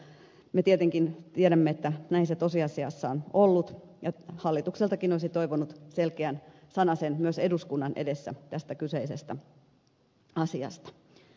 mutta me tietenkin tiedämme että näin se tosiasiassa on ollut ja hallitukseltakin olisi toivonut selkeän sanasen myös eduskunnan edessä tästä kyseisestä asiasta